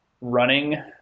running